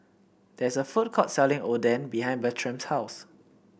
there is a food court selling Oden behind Bertram's house